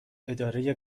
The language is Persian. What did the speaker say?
اداره